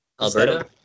Alberta